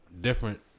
different